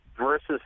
versus